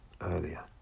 earlier